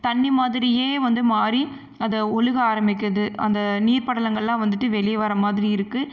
தண்ணி மாதிரியே வந்துமாதிரி அது ஒழுக ஆரம்பிக்குது அந்த நீர் படலங்கள்லாம் வந்துவிட்டு வெளியே வர்றமாதிரி இருக்கு